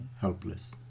helpless